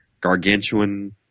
Gargantuan